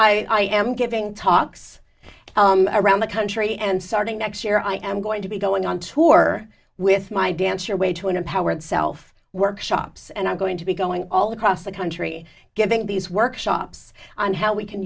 i am giving talks around the country and starting next year i am going to be going on tour with my dance your way to an empowered self workshops and i'm going to be going all across the country giving these workshops on how we can